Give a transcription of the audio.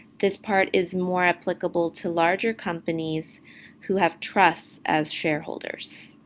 this part is more applicable to larger companies who have trusts as shareholders.